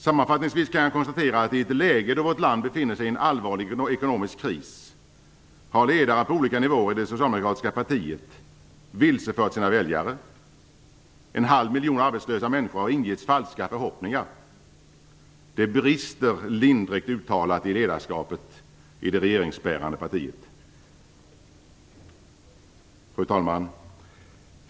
Sammanfattningsvis kan jag konstatera att i ett läge då vårt land befinner sig i en allvarlig ekonomisk kris har ledare på olika nivåer i det socialdemokratiska partiet vilsefört sina väljare. En halv miljon arbetslösa människor har ingetts falska förhoppningar. Det brister lindrigt talat i ledarskapet i det regeringsbärande partiet. Fru talman!